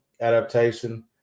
adaptation